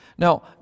Now